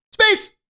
Space